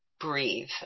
breathe